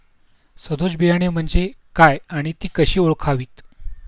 सदोष बियाणे म्हणजे काय आणि ती कशी ओळखावीत?